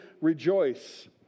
rejoice